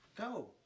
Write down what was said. Go